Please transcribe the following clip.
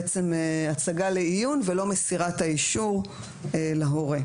בעצם הצגה לעיון ולא מסירת האישור להורה.